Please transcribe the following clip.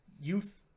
youth